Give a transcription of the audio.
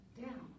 down